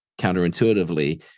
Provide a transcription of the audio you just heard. counterintuitively